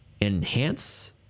enhance